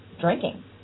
drinking